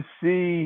see